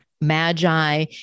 magi